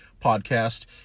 podcast